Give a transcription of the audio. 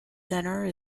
centre